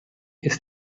ist